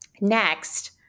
Next